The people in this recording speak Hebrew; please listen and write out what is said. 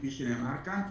כפי שנאמר כאן,